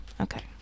Okay